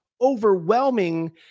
overwhelming